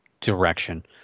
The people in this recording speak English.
direction